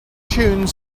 tune